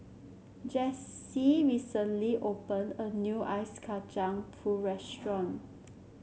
Jessee recently opened a new Ice Kacang Pool restaurant